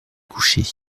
coucher